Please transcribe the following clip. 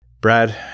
Brad